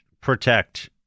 protect